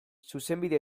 zuzenbide